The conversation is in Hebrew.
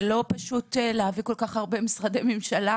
זה לא פשוט להביא כל כך הרבה משרדי ממשלה,